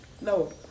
no